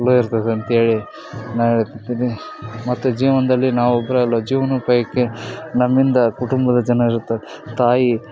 ಒಳ್ಳೆ ಇರ್ತದೆ ಅಂಥೇಳಿ ನಾನು ಹೇಳ್ತೀನಿ ಮತ್ತು ಜೀವನದಲ್ಲಿ ನಾವು ಒಬ್ಬರೆ ಅಲ್ಲ ಜೀವನೋಪಾಯಕ್ಕೆ ನಮ್ಮಿಂದ ಕುಟುಂಬದ ಜನ ಇರ್ತಾರೆ ತಾಯಿ